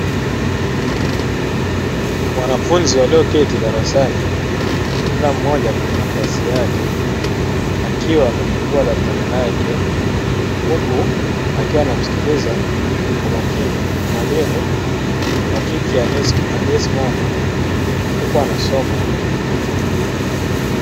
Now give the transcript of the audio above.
Wanafunzi walioketi darasani, kila mmoja kwenye nafasi yake akiwa amefungua daftari lake, huku akiwa anamsikiliza kwa makini mwalimu wa kike aliyesimama huku anasoma.